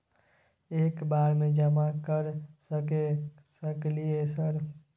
एक बार में जमा कर सके सकलियै सर?